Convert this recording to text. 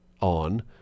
on